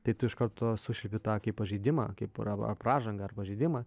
tai tu iš karto sušvilpi tą kaip pažeidimą kaip pražangą ir pažeidimą